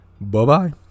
Bye-bye